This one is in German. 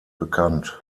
bekannt